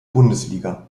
bundesliga